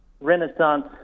Renaissance